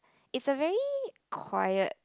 it's a very quiet